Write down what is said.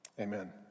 Amen